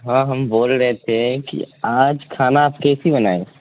ہاں ہم بول رہے تھے کہ آج کھانا آپ کیسی بنائیں